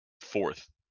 fourth